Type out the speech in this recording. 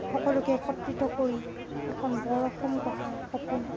সকলোকে একত্ৰিত কৰি এখন বৰ অসম গঢ়াৰ সপোন